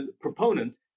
proponent